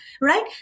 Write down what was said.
right